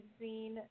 seen